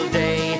day